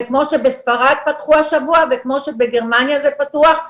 כמו שבספרד פתחו השבוע וכמו שבגרמניה זה פתוח,